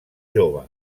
jove